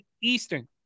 Eastern